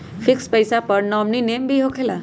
Fix पईसा पर nominee name भी होकेला?